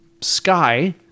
sky